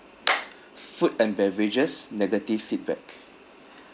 food and beverages negative feedback